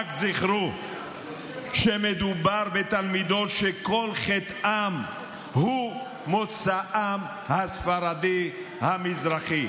רק זכרו שמדובר בתלמידות שכל חטאן הוא מוצאן הספרדי המזרחי.